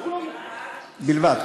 בלבד,